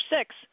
six